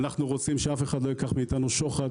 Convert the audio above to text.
אנחנו רוצים שאף אחד לא ייקח מאיתנו שוחד